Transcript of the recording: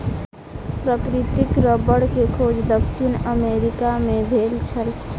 प्राकृतिक रबड़ के खोज दक्षिण अमेरिका मे भेल छल